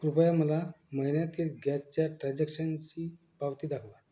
कृपया मला महिन्यातील गॅसच्या ट्राझॅक्शनची पावती दाखवा